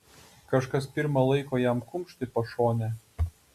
kažkas pirma laiko jam kumšt į pašonę